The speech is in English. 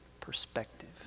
perspective